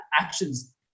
actions